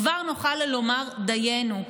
כבר נוכל לומר דיינו.